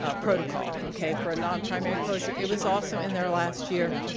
ah protocol, okay, for a non-primary closure. it was also in there last year.